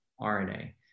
RNA